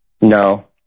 No